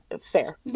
fair